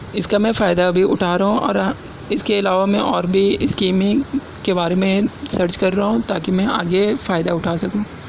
اس کا میں فائدہ بھی اٹھا رہا ہوں اور ہاں اس کے علاوہ میں اور بھی اسکیمیں کے بارے میں سرچ کر رہا ہوں تاکہ میں آگے فائدہ اٹھا سکوں